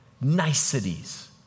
niceties